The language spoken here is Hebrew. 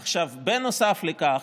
עכשיו, בנוסף לכך,